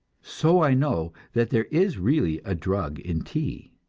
so i know that there is really a drug in tea.